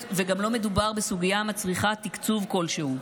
וגם לא מדובר בסוגיה המצריכה תקצוב כלשהו.